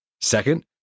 Second